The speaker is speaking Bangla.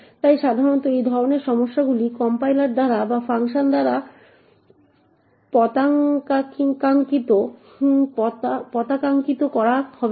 তাই সাধারণত এই ধরনের সমস্যাগুলি কম্পাইলার দ্বারা বা ফাংশন দ্বারা পতাকাঙ্কিত করা হবে না